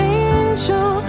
angel